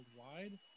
Worldwide